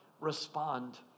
respond